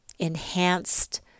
Enhanced